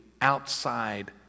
outside